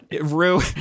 Rue